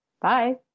Bye